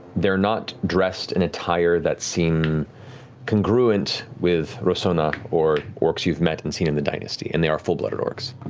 they're not dressed in attire that seem congruent with rosohna or orcs you've met and seen in the dynasty and they are full blooded orcs.